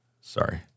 Sorry